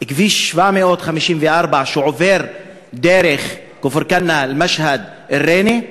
כביש 754, שעובר דרך כפר-כנא, אל-משהד, ריינה.